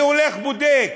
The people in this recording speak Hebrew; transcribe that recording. אני הולך ובודק